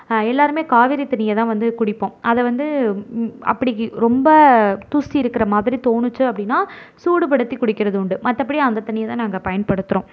எல்லாருமே காவிரி தண்ணியை தான் வந்து குடிப்போம் அதை வந்து அப்படி ரொம்ப தூசி இருக்கிற மாதிரி தோணிச்சு அப்படினா சூடுபடுத்தி குடிக்கிறது உண்டு மற்றபடி அந்த தண்ணியைத்தான் நாங்கள் பயன்படுத்துகிறோம்